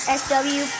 sw